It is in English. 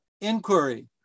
inquiry